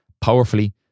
powerfully